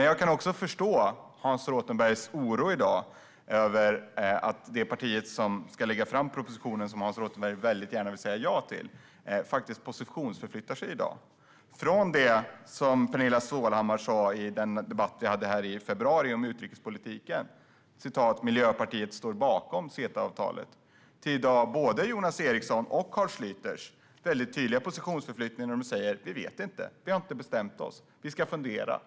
Jag kan också förstå Hans Rothenbergs oro över att det parti som ska lägga fram den proposition som han väldigt gärna vill säga ja till faktiskt positionsförflyttar sig i dag, från det som Pernilla Stålhammar sa i debatten i februari om utrikespolitiken: "Miljöpartiet står bakom CETA-avtalet." I dag har både Jonas Eriksson och Carl Schlyter gjort en tydlig positionsförflyttning och säger: Vi vet inte, vi har inte bestämt oss, vi ska fundera.